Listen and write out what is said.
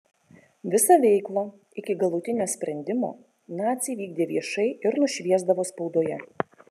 visą veiklą iki galutinio sprendimo naciai vykdė viešai ir nušviesdavo spaudoje